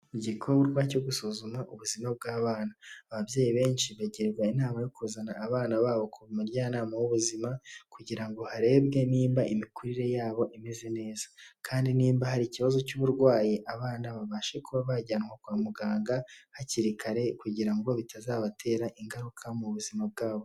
Igiikorwa cyo gusuzuma ubuzima bw'abana, ababyeyi benshi bagirwa inama yo kuzana abana babo ku mujyanama w'ubuzima kugira ngo harebwe niba imikurire yabo imeze neza, kandi niba hari ikibazo cy'uburwayi abana babashe kuba bajyanwa kwa muganga hakiri kare kugira ngo bitazabatera ingaruka mu buzima bwabo.